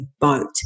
boat